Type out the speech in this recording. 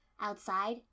Outside